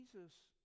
Jesus